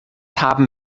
haben